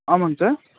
ஆமாங்க சார்